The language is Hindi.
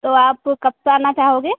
तो आप कब तक आना चाहेंगे